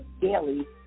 daily